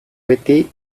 beti